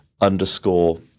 underscore